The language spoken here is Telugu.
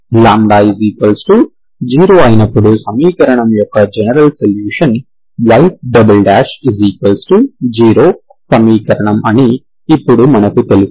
λ 0 అయినప్పుడు సమీకరణం యొక్క జనరల్ సొల్యూషన్ y0 సమీకరణం అని ఇప్పుడు మనకు తెలుసు